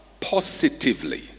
positively